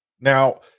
Now